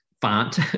font